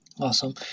Awesome